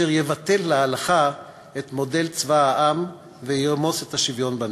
אשר יבטל הלכה למעשה את מודל צבא העם וירמוס את השוויון בנטל.